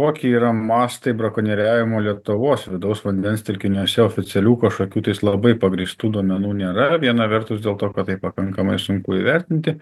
kokie yra mąstai brakonieriavimo lietuvos vidaus vandens telkiniuose oficialių kažkokių tais labai pagrįstų duomenų nėra viena vertus dėl to kad tai pakankamai sunku įvertinti